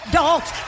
dogs